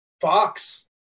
Fox